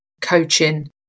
coaching